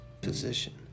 position